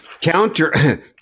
counter